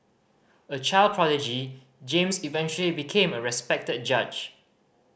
a child prodigy James eventually became a respected judge